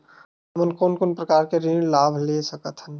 हमन कोन कोन प्रकार के ऋण लाभ ले सकत हन?